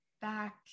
back